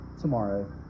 tomorrow